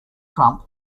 trump